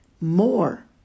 more